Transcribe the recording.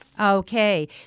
Okay